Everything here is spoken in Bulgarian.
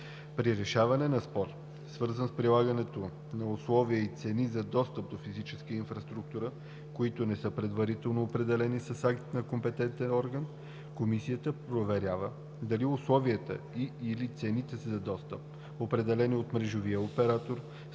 При решаване на спор, свързан с прилагането на условия и цени за достъп до физическа инфраструктура, които не са предварително определени с акт на компетентен орган, Комисията проверява, дали условията и/или цените за достъп, определени от мрежовия оператор,